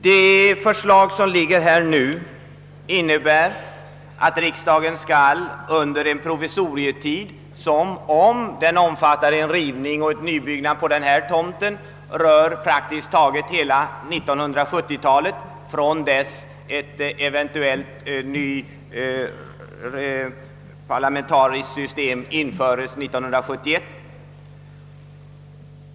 Det föreliggande förslaget innebär att riksdagen skall ligga där borta på öÖstermalm under en provisorietid som — om den omfattar en rivning och en nybyggnad på den nuvarande tomten — berör praktiskt taget hela 1970-talet, från och med ett eventuellt införande av ett nytt parlamentariskt system 1971.